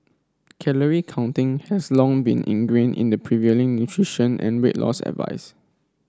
calorie counting has long been ingrained in the prevailing nutrition and weight loss advice